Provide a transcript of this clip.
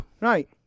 Right